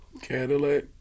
Cadillac